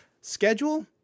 schedule